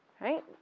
right